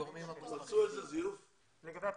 לגבי אפוסטילים?